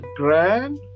grand